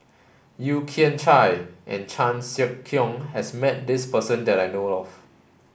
Yeo Kian Chai and Chan Sek Keong has met this person that I know of